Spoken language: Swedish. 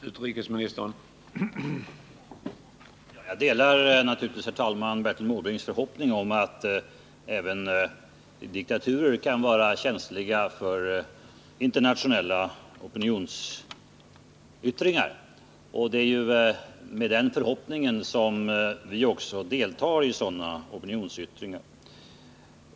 Herr talman! Jag delar naturligtvis Bertil Måbrinks förhoppning om att även diktaturer kan vara känsliga för internationella opinionsyttringar. Det är också med den förhoppningen som vi deltar i sådana.